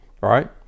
right